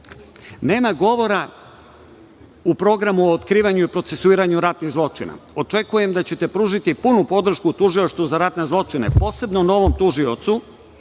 toga. Nema govora u programu o otkrivanju i procesuiranju ratnih zločina. Očekujem da ćete pružiti punu podršku Tužilaštvu za ratne zločine, posebno novom tužiocu